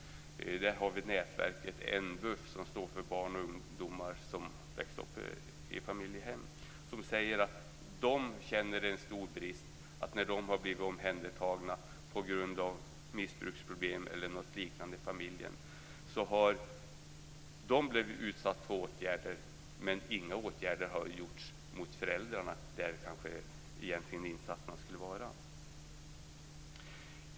Där har vi nätverket N BUFF, för barn och ungdomar som vuxit upp i familjehem. De säger att de känner en stor brist. När de har blivit omhändertagna på grund av missbruksproblem eller något liknande i familjen har de blivit föremål för åtgärder. Men inga åtgärder har vidtagits gentemot föräldrarna, och det är kanske där insatserna egentligen borde göras.